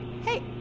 Hey